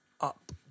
up